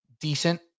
decent